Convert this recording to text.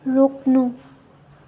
रोक्नु